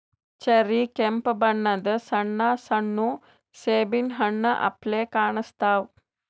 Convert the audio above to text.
cherry ಕೆಂಪ್ ಬಣ್ಣದ್ ಸಣ್ಣ ಸಣ್ಣು ಸೇಬಿನ್ ಹಣ್ಣ್ ಅಪ್ಲೆ ಕಾಣಸ್ತಾವ್